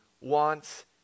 wants